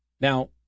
Now